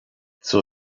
zur